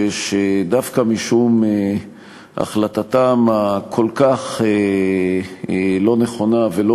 שדווקא משום החלטתם הכל-כך לא נכונה ולא